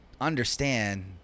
understand